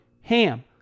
HAM